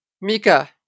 Mika